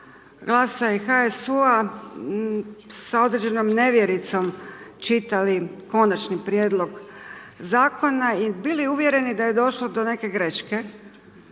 GLAS-a i HSU-a sa određenom nevjericom čitali konačni prijedlog zakona i bili uvjereni da je došlo do neke greške